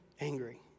angry